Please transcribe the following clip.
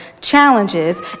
challenges